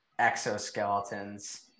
exoskeletons